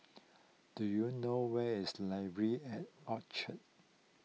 do you know where is Library at Orchard